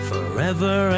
Forever